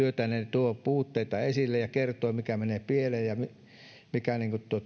tuovat puutteita esille ja kertovat mikä menee pieleen ja mikä